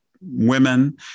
women